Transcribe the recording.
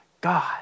God